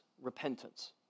repentance